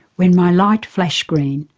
when my light flashed green,